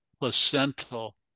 placental